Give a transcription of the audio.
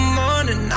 morning